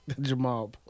Jamal